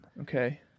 Okay